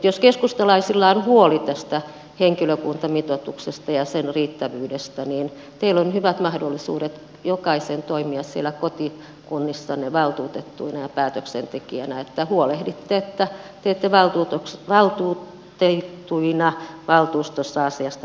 jos keskustalaisilla on huoli tästä henkilökuntamitoituksesta ja sen riittävyydestä niin teillä on hyvät mahdollisuudet jokaisen toimia siellä kotikunnissanne valtuutettuina ja päätöksentekijöinä että huolehditte että teette valtuutettuina valtuustossa asiasta päätöksiä